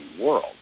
world